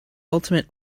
ultimate